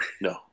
No